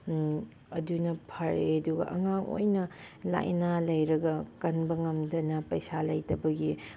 ꯑꯗꯨꯅ ꯐꯔꯦ ꯑꯗꯨꯒ ꯑꯉꯥꯡ ꯑꯣꯏꯅ ꯂꯩꯅꯥ ꯂꯩꯔꯒ ꯀꯟꯕ ꯉꯝꯗꯅ ꯄꯩꯁꯥ ꯂꯩꯇꯕꯒꯤ